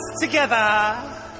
together